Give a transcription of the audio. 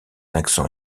accent